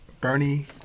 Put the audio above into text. Bernie